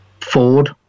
Ford